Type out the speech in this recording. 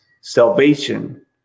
salvation